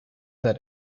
that